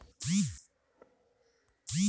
రసాయన ఎరువులొద్దు మావా, భూమి చౌడు భార్డాతాది